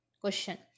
Question